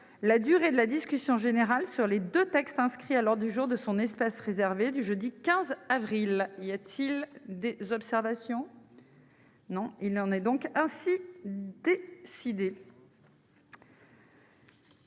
la durée de la discussion générale sur les deux textes inscrits à l'ordre du jour de son espace réservé du jeudi 15 avril. Y a-t-il des observations ?... Il en est ainsi décidé.